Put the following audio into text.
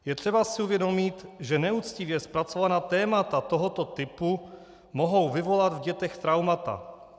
Je třeba si uvědomit, že neuctivě zpracovaná témata tohoto typu mohou vyvolat v dětech traumata.